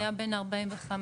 דוד היה בן 45,